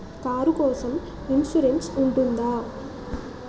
Car కోసం insurance ఉంటుందా?